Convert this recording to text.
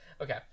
Okay